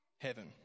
heaven